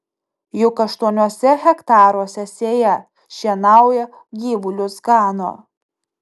juk aštuoniuose hektaruose sėja šienauja gyvulius gano